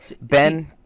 Ben